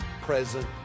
present